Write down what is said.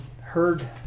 heard